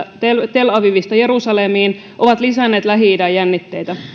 tel avivista jerusalemiin ovat lisänneet lähi idän jännitteitä